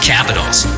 Capitals